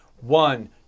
One